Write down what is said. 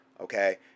Okay